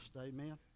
Amen